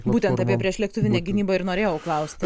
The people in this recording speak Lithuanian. būtent apie priešlėktuvinę gynybą ir norėjau klausti